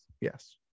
yes